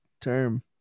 term